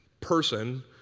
person